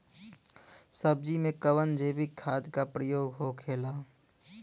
सब्जी में कवन जैविक खाद का प्रयोग होखेला?